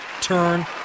turn